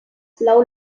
blau